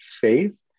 faith